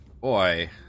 boy